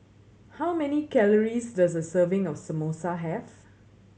how many calories does a serving of Samosa have